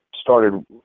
started